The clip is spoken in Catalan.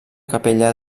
capella